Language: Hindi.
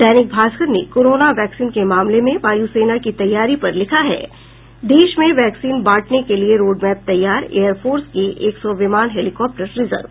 दैनिक भास्कर ने कोरोना वैक्सीन के मामले में वायुसेना की तैयारी पर लिखा है देश में वैक्सीन बांटने के लिये रोडमैप तैयार एयरफोर्स के एक सौ विमान हेलीकॉप्टर रिजर्व